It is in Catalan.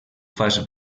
fas